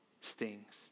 stings